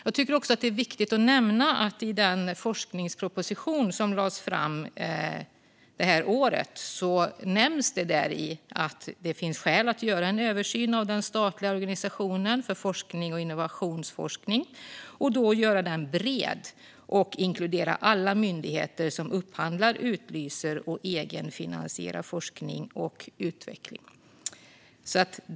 Jag tycker att det är viktigt att också nämna att i den forskningsproposition som lades fram det här året nämns det att det finns skäl att göra en översyn av den statliga organisationen för forskning och innovationsutveckling och då göra den bred och inkludera alla myndigheter som upphandlar, utlyser och egenfinansierar forskning och utveckling.